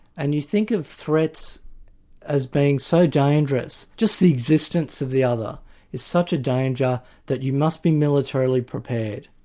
and you think of threats as being so dangerous, just the existence of the other is such a danger that you must be militarily prepared,